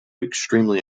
extremely